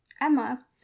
Emma